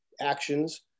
actions